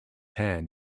hand